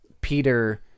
Peter